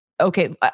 okay